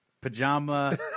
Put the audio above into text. pajama